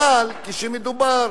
אבל כשמדובר